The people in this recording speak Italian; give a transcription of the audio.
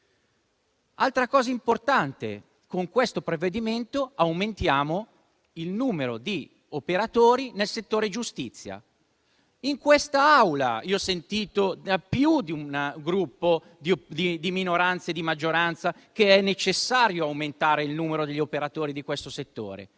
Altra cosa importante: con questo provvedimento aumentiamo il numero di operatori nel settore giustizia. In quest'Aula ho sentito da più di un Gruppo di minoranza e di maggioranza che è necessario aumentare il numero degli operatori del settore,